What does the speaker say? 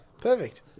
Perfect